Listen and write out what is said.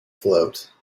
float